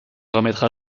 remettra